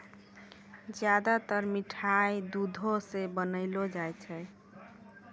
ज्यादातर मिठाय दुधो सॅ बनौलो जाय छै